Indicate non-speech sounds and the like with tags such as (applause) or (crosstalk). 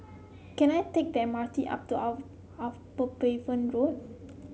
can I take the M R T up to (unintelligible) Upavon Road